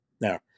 Now